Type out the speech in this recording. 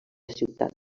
ciutat